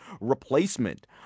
replacement